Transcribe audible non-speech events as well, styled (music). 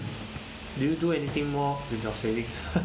do you do anything more with your savings (laughs)